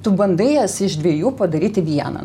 tu bandai jas iš dviejų padaryti vieną